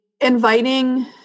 inviting